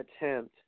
Attempt